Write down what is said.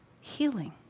healing